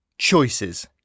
Choices